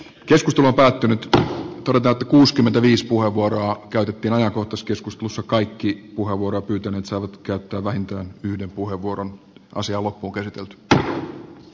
joskus tuo päättynyt kartat kuuskymmentäviis puheenvuoroja käytettiin ja koulutuskeskus jossa kaikki kuoromuodot pyytäneet saavat käyttää vähintään yhden puheenvuoron asia loppu kertoo p k